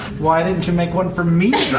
why don't you make one for me,